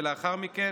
ולאחר מכן